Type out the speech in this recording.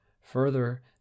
further